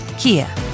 Kia